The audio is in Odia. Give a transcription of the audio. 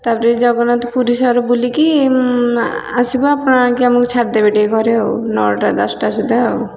ତା'ପରେ ଜଗନ୍ନାଥ ପୁରୀ ସହର ବୁଲିକି ଆସିବୁ ଆପଣ ଆଣିକି ଆମକୁ ଛାଡ଼ିଦେବେ ଟିକେ ଘରେ ଆଉ ନଅଟା ଦଶଟା ସୁଦ୍ଧା ଆଉ